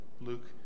Luke